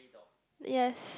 yes